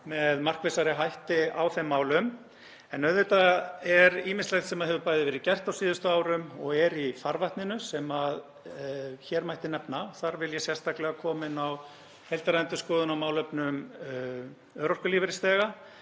með markvissari hætti á þeim málum. En auðvitað er ýmislegt sem hefur bæði verið gert á síðustu árum og er í farvatninu sem hér mætti nefna. Þar vil ég sérstaklega koma inn á heildarendurskoðun á málefnum örorkulífeyrisþega